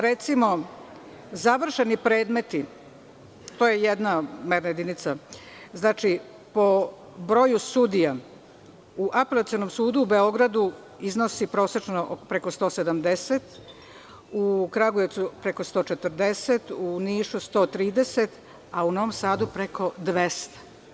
Recimo, završeni predmeti, to je jedna merna jedinica, po broju sudija u Apelacionom sudu u Beogradu iznose prosečno preko 170, u Kragujevcu preko 140, u Nišu 130, a u Novom Sadu preko 200.